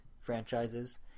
franchises